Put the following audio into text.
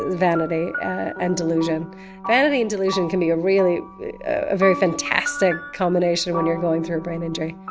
vanity and delusion vanity and delusion can be a really a very fantastic combination when you're going through a brain injury